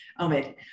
Omid